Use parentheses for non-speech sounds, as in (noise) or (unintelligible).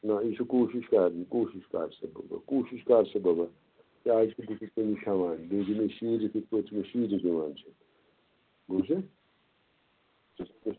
نَہ یہِ چھِ کوٗشِش کَرنۍ کوٗشِش کَر سا (unintelligible) کوٗشِش کَر سا گوبُر کیٛازِ کہِ بہٕ چھُس تۄہہِ نِش ہیٚوان بیٚیہِ دِ مےٚ شیٖرتھ یِتھ پٲٹھۍ ژٕ مےٚ شیٖرِتھ دِوان چھیٚکھ بوٗز تھہٕ (unintelligible)